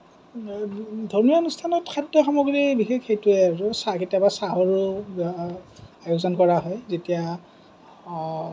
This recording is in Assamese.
ধৰ্মীয় অনুষ্ঠানত খাদ্য সামগ্ৰী বিশেষ সেইটোৱে আৰু কেতিয়াবা চাহৰো আয়োজন কৰা হয় যেতিয়া